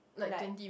like